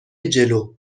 جلو